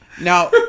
Now